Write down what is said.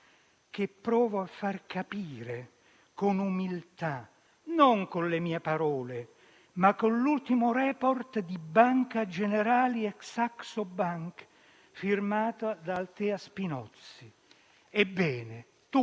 che provo a far capire, con umiltà, non con le mie parole, ma con l'ultimo *report* di Banca Generali e Saxo Bank, firmata da Althea Spinozzi. Ebbene,